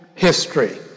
history